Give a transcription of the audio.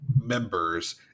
members